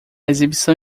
exibição